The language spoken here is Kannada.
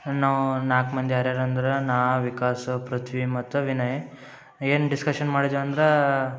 ನಾವು ನಾಲ್ಕು ಮಂದಿ ಯಾರು ಯಾರಂದ್ರೆ ನಾ ವಿಕಾಸ ಪೃಥ್ವಿ ಮತ್ತು ವಿನಯ್ ಏನು ಡಿಸ್ಕಶನ್ ಮಾಡಿದ್ವಿ ಅಂದ್ರೆ